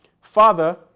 Father